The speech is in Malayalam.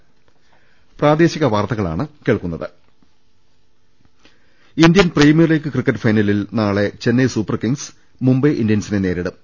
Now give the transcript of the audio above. രദ്ദേഷ്ടങ ഇന്ത്യൻ പ്രീമിയർ ലീഗ് ക്രിക്കറ്റ് ഫൈനലിൽ നാളെ ചെന്നൈ സൂപ്പർ കിംഗ്സ് മുംബൈ ഇന്ത്യൻസിനെ നേരിടും